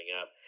up